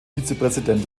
vizepräsident